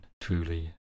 truly